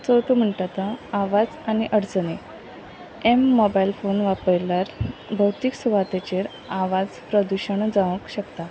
चवथो म्हणटा तो आवाज आनी अडचणी एम मोबायल फोन वापरल्यार भौतीक सुवातेचेर आवाज प्रदुशणां जावंक शकता